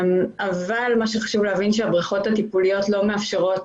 אבל חשוב להבין שהבריכות הטיפוליות לא מאפשרות